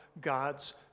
God's